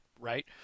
right